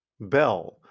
Bell